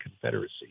Confederacy